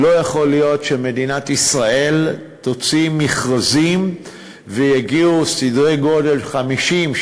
לא יכול להיות שמדינת ישראל תוציא מכרזים ויגיעו סדרי גודל של 50,